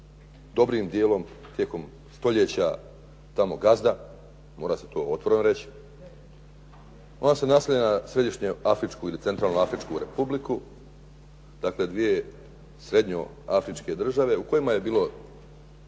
dobrim dijelom tijekom stoljeća tamo gazda, mora se to otvoreno reći. Ona se naslanja na Središnju Afričku ili Centralnu Afričku Republiku. Dakle, dvije srednjoafričke države u kojima je bilo